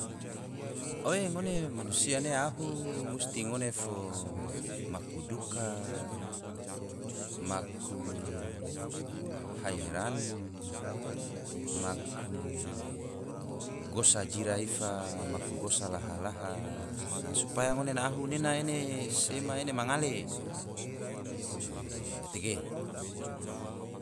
Oe ngone manusia ne ahu musti ngone fo maku duka, maku haeran, maku gosa jira ifa, maku gosa laha-laha. supaya ngone ahu nena sema ene ma ngale. gatege